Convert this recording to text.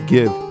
Give